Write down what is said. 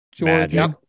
Magic